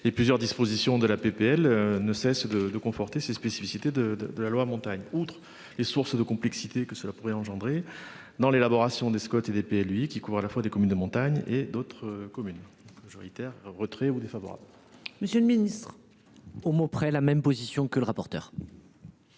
et plusieurs dispositions de la PPL ne cesse de, de conforter ses spécificités de de de la loi montagne outre est source de complexité que cela pourrait engendrer dans l'élaboration des squats et des lui qui couvre à la fois des communes de montagne et d'autres communes. Je réitère retrait ou défavorables. Monsieur le ministre. Au mot près, la même position que le rapporteur.